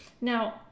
Now